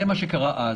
זה מה שקרה אז.